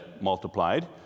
multiplied